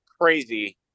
crazy